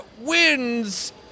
wins